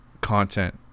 content